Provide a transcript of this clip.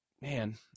man